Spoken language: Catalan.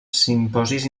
simposis